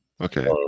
Okay